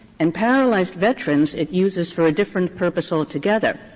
and paralyzed veterans it uses for a different purpose altogether,